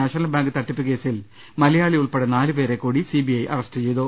national bank തട്ടിപ്പ് കേസിൽ മലയാളി ഉൾപ്പെടെ നാലുപേരെ കൂടി സി ബി ഐ അറസ്റ്റ് ചെയ്തു